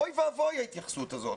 אוי ואבוי להתייחסות הזאת.